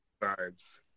vibes